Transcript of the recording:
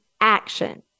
action